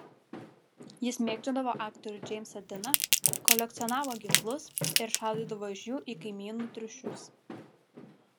jis mėgdžiodavo aktorių džeimsą diną kolekcionavo ginklus ir šaudydavo iš jų į kaimynų triušius